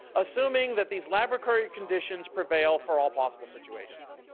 assuming that these lab recorded conditions prevail for all possible situations.